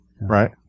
Right